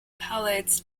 pellets